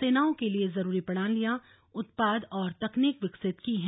सेनाओं के लिए जरूरी प्रणालियां उत्पाद और तकनीक विकसित की हैं